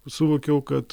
suvokiau kad